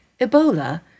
Ebola